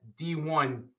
D1